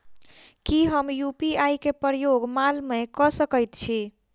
की हम यु.पी.आई केँ प्रयोग माल मै कऽ सकैत छी?